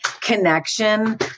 connection